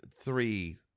three